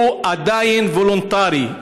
הוא עדיין וולונטרי.